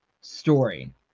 story